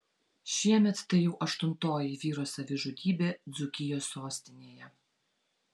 šiemet tai jau aštuntoji vyro savižudybė dzūkijos sostinėje